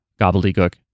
gobbledygook